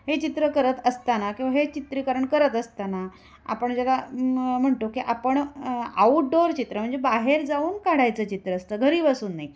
हे चित्र करत असताना किंवा हे चित्रीकरण करत असताना आपण ज्याला म्हणतो की आपण आऊट डोअर चित्र म्हणजे बाहेर जाऊन काढायचं चित्र असतं घरी बसून नाही